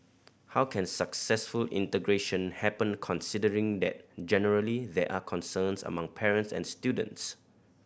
how can successful integration happen considering that generally there are concerns among parents and students